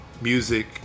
music